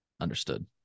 Understood